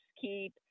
keep